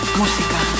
música